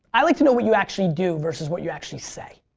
i like to know what you actually do versus what you actually say.